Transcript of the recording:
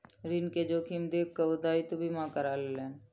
ऋण के जोखिम देख के ओ दायित्व बीमा करा लेलैन